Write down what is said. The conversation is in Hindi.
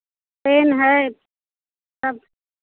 पेन है सब